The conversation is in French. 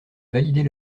valider